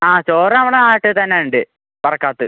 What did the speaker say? ആ ചോറാവണാട്ട് തന്നുണ്ട് പറക്കാട്ട്